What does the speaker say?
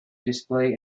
display